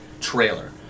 trailer